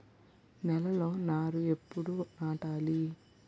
నేలలో నారు ఎప్పుడు నాటాలి?